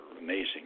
amazing